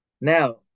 Now